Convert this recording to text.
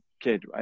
kid